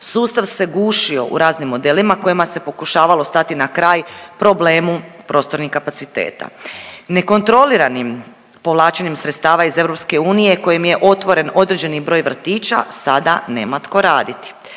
Sustav se gušio u raznim modelima kojima se pokušavalo stati na kraj problemu prostornih kapaciteta. Nekontroliranim povlačenjem sredstava iz EU kojim je otvoren određeni broj vrtića, sada nema tko raditi,